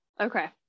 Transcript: Okay